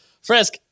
Frisk